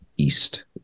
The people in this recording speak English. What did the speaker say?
East